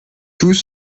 tous